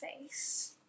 face